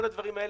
כל הדברים האלה,